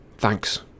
Thanks